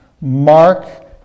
Mark